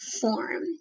form